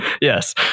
Yes